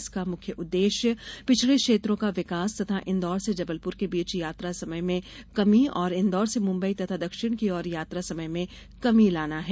इसका मुख्य उद्देश्य पिछड़े क्षेत्रों का विकास तथा इंदौर से जबलपुर के बीच यात्रा समय में कमी और इंदौर से मुम्बई तथा दक्षिण की ओर यात्रा समय में कमी लाना है